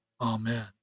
Amen